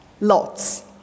Lots